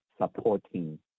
supporting